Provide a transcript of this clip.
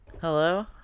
hello